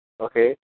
okay